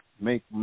make